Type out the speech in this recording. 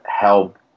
help